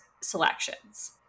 selections